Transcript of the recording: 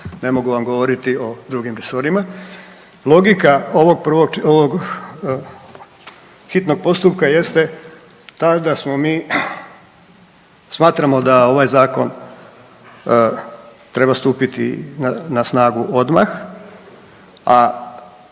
Ne mogu vam govoriti o drugim resorima. Logika ovog prvog, ovog hitnog postupka jeste ta da smo mi, smatramo da ovaj Zakon treba stupiti na snagu odmah, a